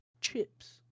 Chips